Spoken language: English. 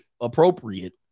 appropriate